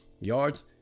yards